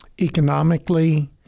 economically